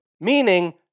meaning